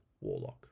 Warlock